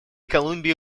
колумбии